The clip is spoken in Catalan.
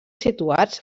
situats